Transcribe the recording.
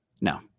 No